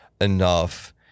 enough